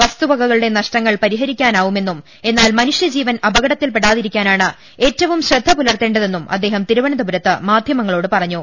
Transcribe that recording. വസ്തുവകക ളുടെ നഷ്ടങ്ങൾ പരിഹരിക്കാനാവുമെന്നും എന്നാൽ മനുഷ്യജീ വൻ അപകടത്തിൽ പെടാതിരിക്കാനാണ് ഏറ്റവും ശ്രദ്ധപുലർത്തേ ണ്ടതെന്നും അദ്ദേഹം തിരുവനന്തപുരത്ത് മാധ്യമങ്ങളോട് പറഞ്ഞു